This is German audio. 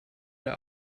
der